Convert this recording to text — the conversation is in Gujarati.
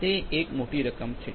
તે એક મોટી રકમ છે